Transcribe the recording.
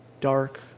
dark